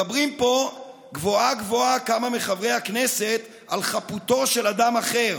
מדברים פה גבוהה-גבוהה כמה מחברי הכנסת על חפותו של אדם אחר.